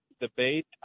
Debate